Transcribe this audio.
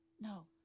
No